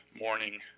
morning